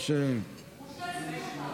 הדחופה?